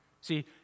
See